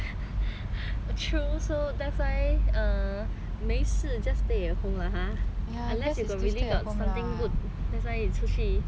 that's why err 没事 just stay at home lah !huh! unless you got really got something good that's why it's you 出去走走 but some people that's why they very